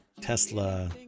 tesla